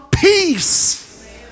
Peace